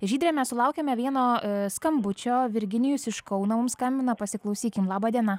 žydre mes sulaukėme vieno skambučio virginijus iš kauno mums skambina pasiklausykim laba diena